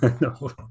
No